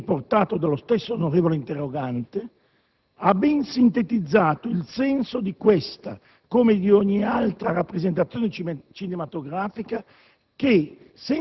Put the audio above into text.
come riportato dallo stesso onorevole senatore interrogante, ha ben sintetizzato il senso di questa, come di ogni altra rappresentazione cinematografica,